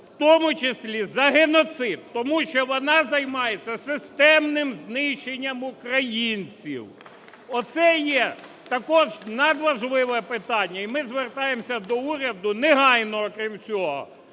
в тому числі за геноцид, тому що вона займається системним знищенням українців. Оце є також надважливе питання. І ми звертаємося до уряду негайно, крім цього,